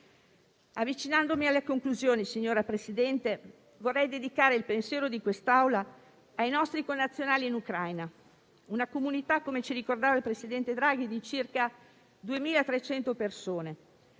Avvicinandomi alle conclusioni, signor Presidente, vorrei dedicare il pensiero di quest'Aula ai nostri connazionali in Ucraina, una comunità - come ci ricordava il presidente Draghi - di circa 2.300 persone.